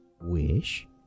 wish